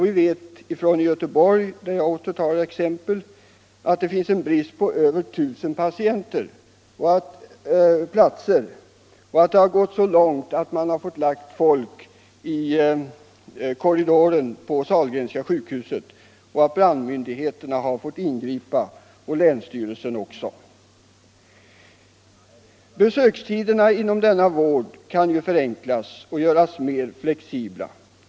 Vi vet att Göteborg, som jag återigen tar exempel ifrån, har en brist på över 1 000 platser. Det har gått så långt vid Sahlgrenska i Göteborg att man fått lägga folk i korridoren och att brandmyndigheterna och länsstyrelsen fått ingripa. Besökstiderna inom denna vård kan förenklas och göras mer flexibla.